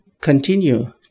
continue